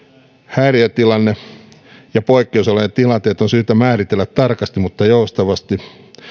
häiriötilanne ja poikkeusolojen tilanteet on syytä määritellä tarkasti mutta joustavasti